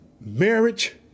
marriage